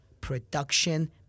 Production